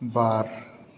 बार